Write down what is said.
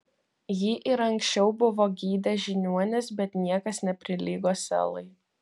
jį ir anksčiau buvo gydę žiniuonys bet niekas neprilygo selai